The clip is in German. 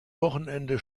wochenende